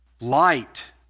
light